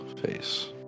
face